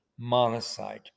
monocyte